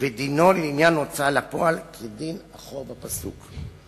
ודינו לעניין ההוצאה לפועל כדין החוב הפסוק.